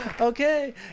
Okay